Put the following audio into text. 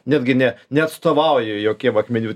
netgi ne neatstovauju jokiem akmenių